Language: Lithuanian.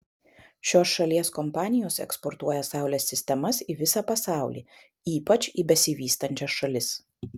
šios šalies kompanijos eksportuoja saulės sistemas į visą pasaulį ypač į besivystančias šalis